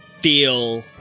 feel